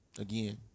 again